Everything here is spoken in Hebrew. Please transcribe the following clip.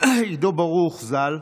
עידו ברוך ז"ל,